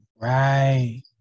Right